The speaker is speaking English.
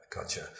gotcha